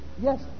Yes